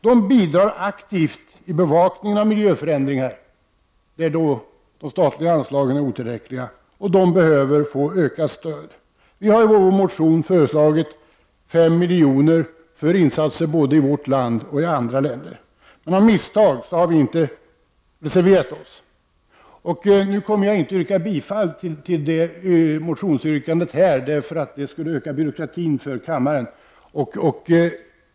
De bidrar aktivt vid bevakningen av miljöförändringar — där de statliga anslagen är otillräckliga — och behöver få ökat stöd. Vi har i vår motion föreslagit 5 milj.kr. för insatser både i vårt land och i andra länder. Av misstag har vi inte reserverat oss. Nu kommer jag inte att yrka bifall till motionen, eftersom detta skulle öka kammarens byråkrati.